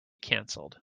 canceled